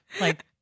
Like-